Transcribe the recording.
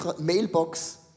mailbox